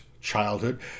childhood